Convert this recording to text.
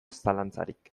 zalantzarik